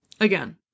Again